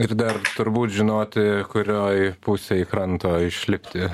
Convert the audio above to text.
ir dar turbūt žinoti kurioj pusėj kranto išlipti